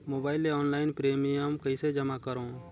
Mobile ले online premium कइसे जमा करों?